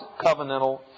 covenantal